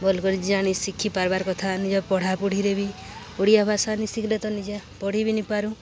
ବୋଲ କରି ଆଣି ଶିଖି ପାର୍ବାର୍ କଥା ନିଜ ପଢ଼ାପଢ଼ିରେ ବି ଓଡ଼ିଆ ଭାଷା ନି ଶିଖିଲେ ତ ନିଜେ ପଢ଼ି ବି ନିପାରୁ